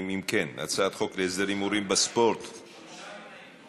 ההצעה להעביר את הצעת חוק להסדר ההימורים בספורט (תיקון מס' 8),